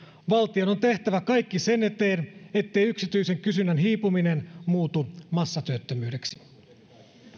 valtion on tehtävä kaikki sen eteen ettei yksityisen kysynnän hiipuminen muutu massatyöttömyydeksi